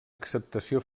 acceptació